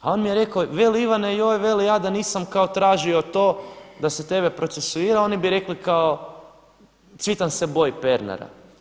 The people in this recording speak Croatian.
A on mi je rekao veli Ivane joj veli ja da nisam kao tražio to da se tebe procesuira oni bi rekli kao Cvitan se boji Pernara.